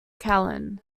callan